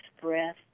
breath